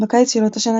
בקיץ של אותה שנה,